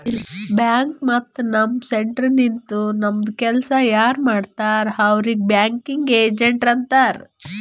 bank ಮತ್ತ ನಮ್ centre ನಿಂತು ನಮ್ದು ಕೆಲ್ಸಾ ಯಾರ್ ಮಾಡ್ತಾರ್ ಅವ್ರಿಗ್ ಬ್ಯಾಂಕಿಂಗ್ ಏಜೆಂಟ್ ಅಂತಾರ್